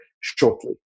shortly